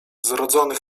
zrodzonych